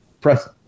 press